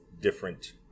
different